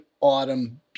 autumn